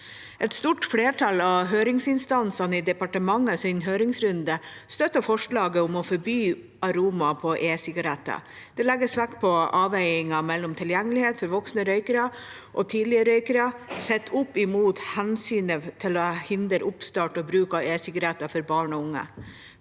Et stort flertall av høringsinstansene i departementets høringsrunde støttet forslaget om å forby aroma i esigaretter. Det legges vekt på avveiningen mellom tilgjengeligheten for voksne røykere og tidligere røykere, sett opp mot hensynet til å hindre oppstart og bruk av esigaretter for barn og unge.